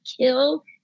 kill